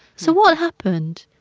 so what happened?